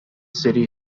city